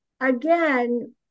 again